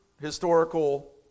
historical